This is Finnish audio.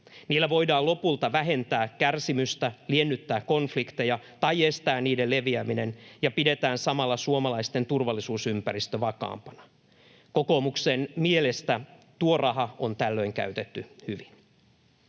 Niillä voidaan lopulta vähentää kärsimystä, liennyttää konflikteja tai estää niiden leviäminen ja pidetään samalla suomalaisten turvallisuusympäristö vakaampana. Kokoomuksen mielestä tuo raha on tällöin käytetty hyvin.